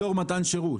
אזור מתן שירות.